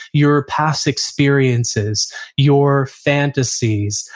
your past experiences your fantasies,